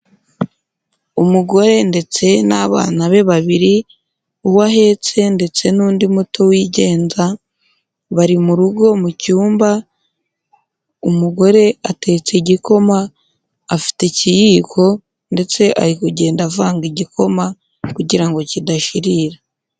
Umugore ndetse n'abana be babiri, uwo ahetse ndetse n'undi muto wigenza bari mu rugo mu cyumba, umugore atetse igikoma, afite ikiyiko ndetse ari kugenda avanga igikoma kugira ngo kidashirira.